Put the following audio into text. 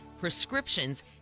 prescriptions